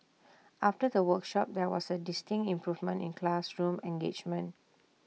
after the workshops there was A distinct improvement in classroom engagement